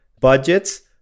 budgets